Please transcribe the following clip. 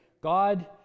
God